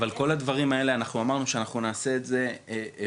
אבל כל הדברים האלה אנחנו אמרנו שנעשה את זה במרוכז.